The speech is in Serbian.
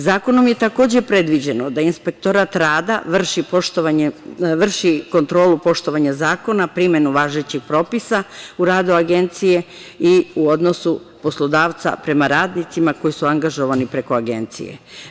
Zakonom je takođe predviđeno da inspektorat vrši kontrolu poštovanja zakona, primenu važećih propisa u radu agencije i u odnosu poslodavca prema radnicima koji su angažovani preko agencije.